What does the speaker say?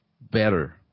better